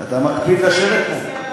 אתה מקפיד לשבת פה.